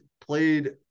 played